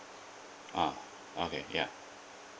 ah okay ya